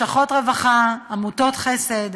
לשכות רווחה ועמותות חסד.